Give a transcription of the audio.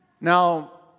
Now